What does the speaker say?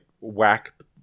whack